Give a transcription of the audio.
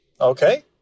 Okay